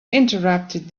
interrupted